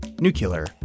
Nuclear